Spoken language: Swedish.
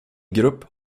grupp